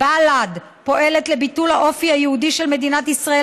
בל"ד פועלת לביטול האופי היהודי של מדינת ישראל,